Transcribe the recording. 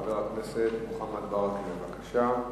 חבר הכנסת מוחמד ברכה, בבקשה.